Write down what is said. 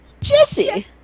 Jesse